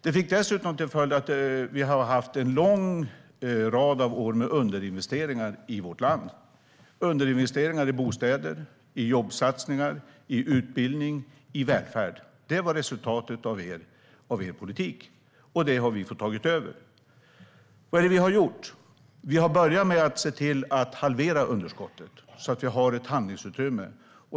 Det fick dessutom till följd att vi haft en lång rad år med underinvesteringar i vårt land - underinvesteringar i bostäder, jobbsatsningar, utbildning och välfärd. Det var resultatet av er politik, och det har vi fått ta över. Vad är det då vi har gjort? Vi har börjat med att se till att halvera underskottet för att ha ett handlingsutrymme.